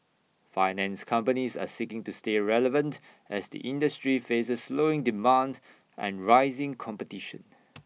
finance companies are seeking to stay relevant as the industry faces slowing demand and rising competition